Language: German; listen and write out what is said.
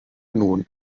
nun